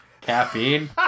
Caffeine